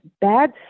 bad